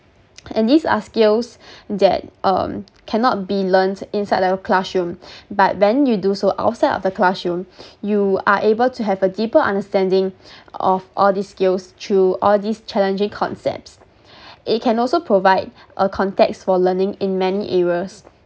and these are skills that um cannot be learnt inside the classroom but when you do so outside of the classroom you are able to have a deeper understanding of all these skills through all this challenging concepts it can also provide a context for learning in many areas